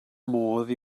modd